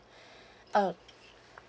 uh